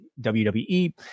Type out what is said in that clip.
WWE